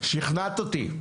שכנעת אותי.